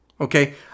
Okay